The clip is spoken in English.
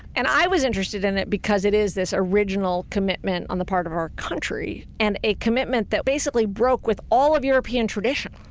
and i was interested in it because it is this original commitment on the part of our country and a commitment that basically broke with all of european tradition.